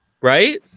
Right